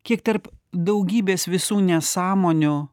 kiek tarp daugybės visų nesąmonių